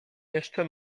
jeszcze